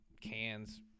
cans